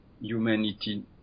humanity